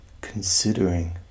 considering